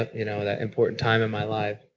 and you know, that important time in my life.